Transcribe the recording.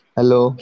Hello